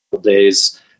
days